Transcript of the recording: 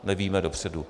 Nevíme dopředu.